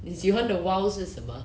你喜欢的 !wow! 是什么